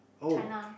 oh